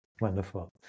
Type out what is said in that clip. wonderful